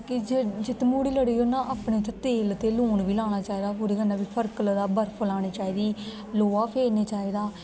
ते जेकर तम्हूड़ी लड़ी दी होऐ ना तेल ते लून बी लाना चाहिदा ओहदे कन्ने बी फर्क लगदा बर्फ लानी चाहिदी लोहा फैरना चाहिदा